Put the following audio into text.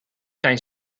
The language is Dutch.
zijn